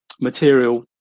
material